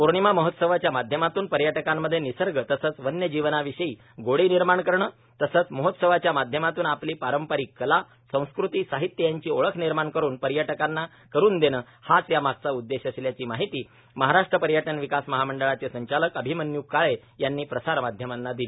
पौर्णिमा मोहत्सवाच्या माध्यमातून पर्यटकांमध्ये निसर्ग तसंच वन्यजीवनविषयी गोडी निर्माण करणे तसंच मोहत्सवच्या माद्यमातून आपली पारंपरिक कला संस्कृती साहित्य याची ओळख निर्माण करून पर्यटकांना करुण देणं हाच या मागचा उद्देश असल्याची माहिती महाराष्ट्र पर्यटन विकास महामंडळाचे संचालक अभिमन्यू काळे यांनी प्रसार माध्यमांना दिली